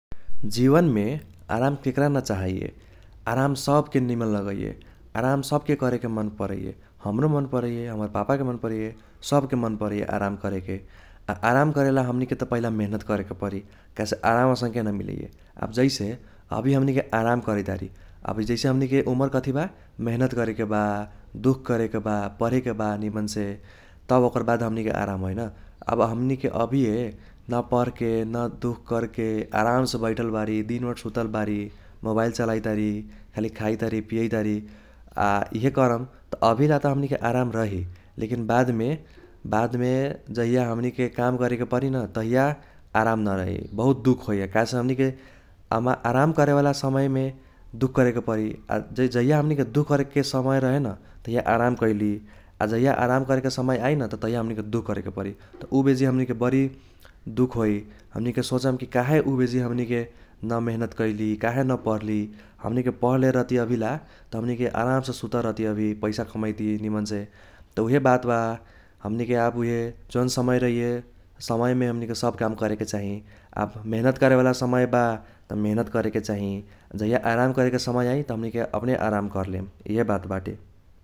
जीवनमे आराम केक्रा न चाहैये, आराम सबके निमन लगैये । आराम सबके करेके मन परैये । हम्रो मन परैये, हमर पापाके मन परैये सबके मन परैये आराम करेके । आ आराम करेला हमनीके त पहिला मिहीनेत करेके परि काहेसे आराम असंके न मिलैये। आ जैसे अभी हमनीके आराम करैतारी अभी जैसे हमनीके उमर कथी बा मिहीनेत करेके बा, दुख करेके बा, पढेके बा निमन से तब ओकर बाद हमनीके आराम होइ न । आब हमनीके अभिये न पर्हके न दुख कर्के आरामसे बैठल बारी, दिनभर सुतल बारी, मोबाईल चलाइतारी खाली खाइतारी पियैतारी आ इहे करम त अभिला त हमनीके आराम रही लेकिन बादमे बादमे जहिया हमनीके काम करेके परि न तहिया आराम न रही बहुत दुख होइ काहेसे हमनीके आराम कारेवाला समयमे दुख करेके परि । आ जहिया हमनीके दुख करेके समय रहे न तहिया आराम कैली । आ जहिया आराम करेके समय आइ न त तहिया हमनीके दुख करेके परि । त उ बेजी हमनीके बरी दुख होइ। हमनीके सोचम कि काहे ऊबेजी हमनीके न मिहीनेत कैली काहे न पढ़्ली, हमनीके पढ लेल रहती अभिला त हमनीके आरामसे सुतल रहति अभी, पैसा कमैति निमनसे त उइहे बात बा हमनीके आब उइहे जौन समयमे रहैये उ समयमे हमननिके सब काम करेके चाही। आब मिहीनेत कारेवाला समय बा त मिहीनेत करेके चाही, आ जाहिया आराम करेके समय आइ त हमनीके अपने आराम कर्लेम इहे बात बाटे ।